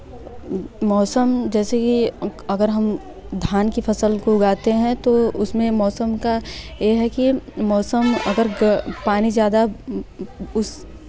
मौसम जैसे कि अगर हम धान की फसल को उगाते हैं तो उसमें मौसम का यह है कि मौसम अगर ग पानी ज़्यादा उस